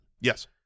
Yes